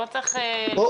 לא צריך להוכיח.